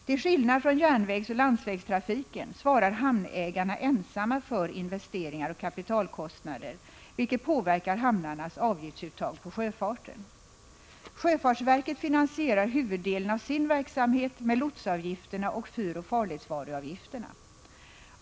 Till skillnad från järnvägsoch landsvägstrafiken svarar hamnägarna ensamma för investeringar och kapitalkostnader, vilket påverkar hamnarnas avgiftsuttag på sjöfarten. Sjöfartsverket finansierar huvuddelen av sin verksamhet med lotsavgifterna och fyroch farledsvaruavgifterna.